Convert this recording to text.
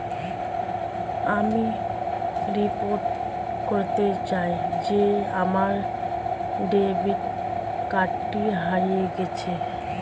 আমি রিপোর্ট করতে চাই যে আমার ডেবিট কার্ডটি হারিয়ে গেছে